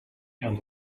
and